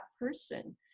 person